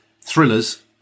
thrillers